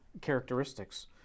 characteristics